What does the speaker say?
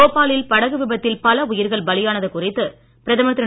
Boba லில் படகு விபத்தில் பல உயிர்கள் பலியானது குறித்து பிரதமர் திரு